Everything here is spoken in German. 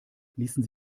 ließen